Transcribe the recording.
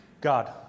God